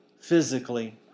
physically